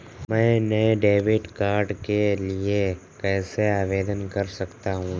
मैं नए debit card के लिए कैसे आवेदन कर सकता हूँ?